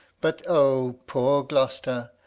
but o poor gloucester!